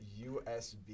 USB